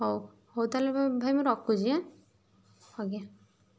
ହଉ ହଉ ତାହେଲେ ଭାଇ ମୁଁ ରଖୁଛି ଆଁ ଆଜ୍ଞା